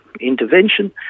intervention